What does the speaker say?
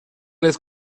les